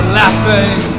laughing